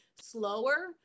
slower